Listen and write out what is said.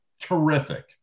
terrific